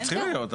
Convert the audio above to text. והם הציעו 78?